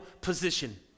position